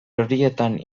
horietan